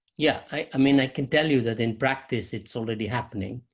yeah, i mean i can tell you that in practice, it's already happening.